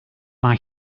mae